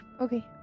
Okay